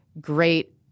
great